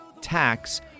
tax